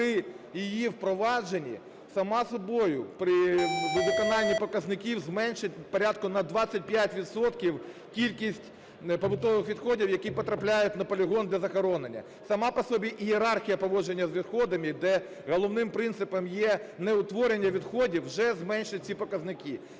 при її впроваджені сама собою при виконанні показників зменшить порядку на 25 відсотків кількість побутових відходів, які потрапляють на полігон для захоронення. Сама пособі ієрархія поводження з відходами, де головним принципом є неутворення відходів, вже зменшить ці показники.